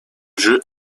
jeu